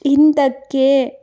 ಹಿಂದಕ್ಕೆ